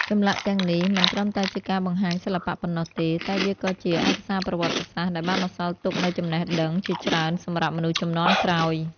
ចម្លាក់ទាំងនេះមិនត្រឹមតែជាការបង្ហាញសិល្បៈប៉ុណ្ណោះទេ តែវាក៏ជាឯកសារប្រវត្តិសាស្ត្រដែលបានបន្សល់ទុកនូវចំណេះដឹងជាច្រើនសម្រាប់មនុស្សជំនាន់ក្រោយ។